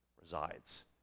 resides